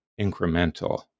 incremental